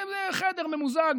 בחדר ממוזג,